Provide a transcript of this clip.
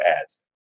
ads